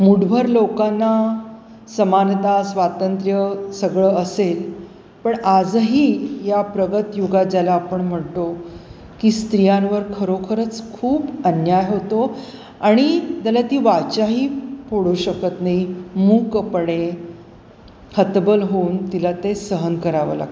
मुठभर लोकांना समानता स्वातंत्र्य सगळं असेल पण आजही या प्रगत युगात ज्याला आपण म्हणतो की स्त्रियांवर खरोखरच खूप अन्याय होतो आणि त्याला ती वाचाही फोडू शकत नाई मूकपणे हतबल होऊन तिला ते सहन करावं लागतं